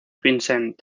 vincent